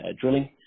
drilling